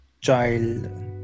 child